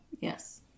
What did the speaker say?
Yes